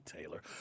Taylor